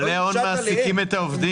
בעלי ההון מעסיקים את העובדים.